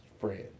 friend